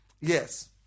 Yes